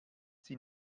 sie